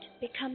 become